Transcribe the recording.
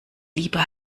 lieber